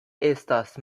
estas